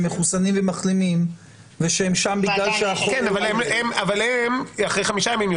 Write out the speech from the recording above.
מחוסנים או מחלימים והם שם בגלל --- אבל הם יוצאים אחרי חמישה ימים,